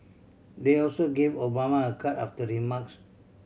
they also gave Obama a card after the remarks